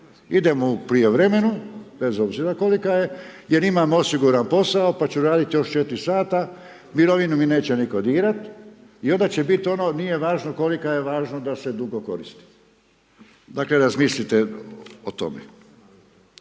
Idemo u prijevremenu bez obzira kolika je jer imam osiguran posao, pa ću raditi još 4 sata, mirovinu mi neće nitko dirat i onda će biti ono „nije važno kolika je važno da se dugo koristi“. Dakle, razmislite o tome.